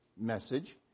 message